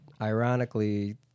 ironically